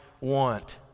want